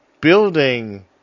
building